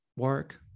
work